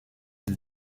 des